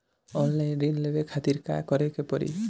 Online ऋण लेवे के खातिर का करे के पड़ी?